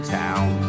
town